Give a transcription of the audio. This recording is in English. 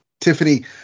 Tiffany